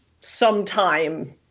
Sometime